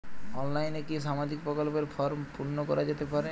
অনলাইনে কি সামাজিক প্রকল্পর ফর্ম পূর্ন করা যেতে পারে?